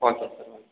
okay sir